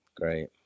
great